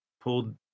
pulled